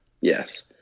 Yes